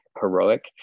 heroic